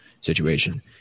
situation